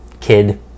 kid